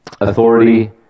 authority